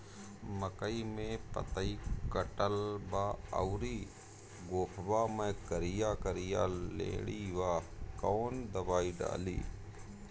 मकई में पतयी कटल बा अउरी गोफवा मैं करिया करिया लेढ़ी बा कवन दवाई डाली?